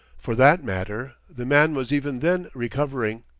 for that matter, the man was even then recovering,